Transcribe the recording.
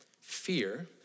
Fear